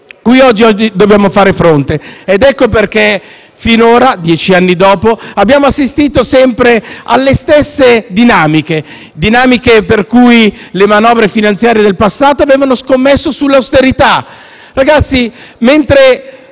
cui oggi dobbiamo fare fronte. Ecco perché fino adesso, dieci anni dopo, abbiamo assistito sempre alle stesse dinamiche per cui le manovre finanziarie del passato avevano scommesso sull'austerità.